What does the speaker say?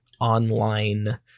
online